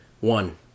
one